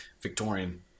Victorian